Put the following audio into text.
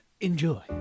Enjoy